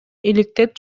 иликтеп